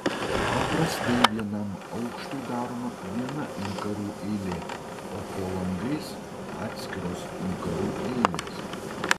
paprastai vienam aukštui daroma viena inkarų eilė o po langais atskiros inkarų eilės